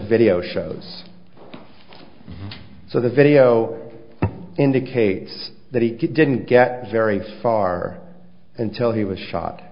video shows so the video indicates that he didn't get very far until he was shot